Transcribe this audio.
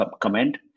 comment